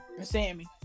Sammy